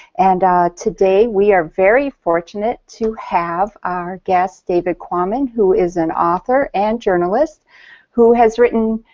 and today we are very fortunate to have our guest david quammen who is an author and journalist who has written,